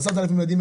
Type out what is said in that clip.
10,000 ילדים,